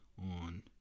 on